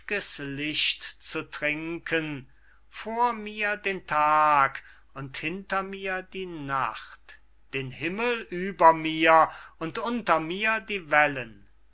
licht zu trinken vor mir den tag und hinter mir die nacht den himmel über mir und unter mir die wellen